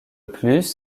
plus